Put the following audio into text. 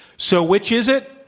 so, which is it?